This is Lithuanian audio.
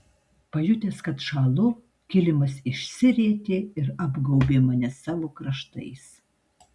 pajutęs kad šąlu kilimas išsirietė ir apgaubė mane savo kraštais